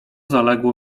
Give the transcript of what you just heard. zaległo